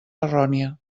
errònia